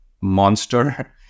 monster